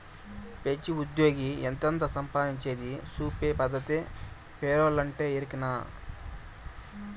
పెతీ ఉజ్జ్యోగి ఎంతెంత సంపాయించేది సూపే పద్దతే పేరోలంటే, ఎరికనా